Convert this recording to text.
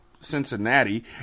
Cincinnati